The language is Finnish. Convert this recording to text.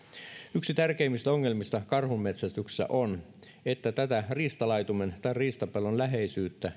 yksi tärkeimmistä ongelmista karhunmetsästyksessä on että tätä riistalaitumen tai riistapellon läheisyyttä